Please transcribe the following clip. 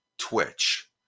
twitch